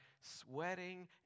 sweating